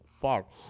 fuck